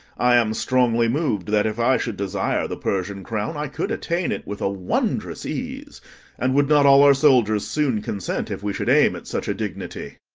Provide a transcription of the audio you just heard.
i am strongly mov'd, that if i should desire the persian crown, i could attain it with a wondrous ease and would not all our soldiers soon consent, if we should aim at such a dignity?